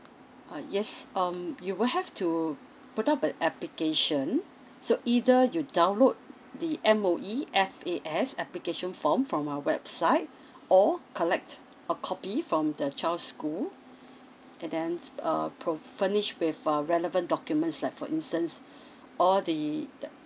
uh yes um you will have to put up an application so either you download the M_O_E F_A_S application form from our website or collect a copy from the child school and then uh prov~ furnish with uh relevant documents like for instance all the the